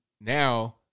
now